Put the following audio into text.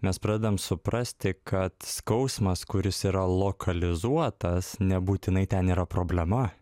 mes pradedam suprasti kad skausmas kuris yra lokalizuotas nebūtinai ten yra problema